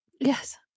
Yes